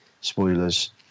spoilers